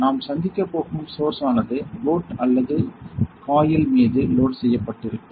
நாம் சந்திக்கப்போகும் சோர்ஸ் ஆனது போட் அல்லது அல்லது காயில் மீது லோட் செய்யப்பட்டிருக்கும்